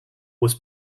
was